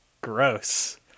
gross